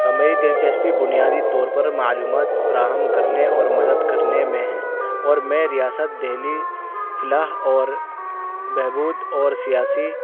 میری دلچسپی بنیادی طور پر معلومات فراہم کرنے اور مدد کرنے میں ہیں اور میں ریاست دہلی فلاح اور بہبود اور سیاسی